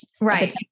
Right